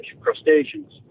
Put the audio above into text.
crustaceans